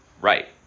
Right